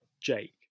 Jake